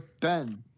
Ben